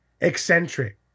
eccentric